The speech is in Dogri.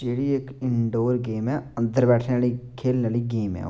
जेह्ड़ी इक इंडोर गेम ऐ अंदर बैठने आह्ली खेलने आह्ली गेम ऐ ओह्